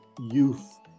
youth